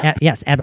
Yes